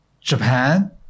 Japan